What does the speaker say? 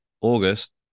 August